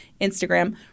Instagram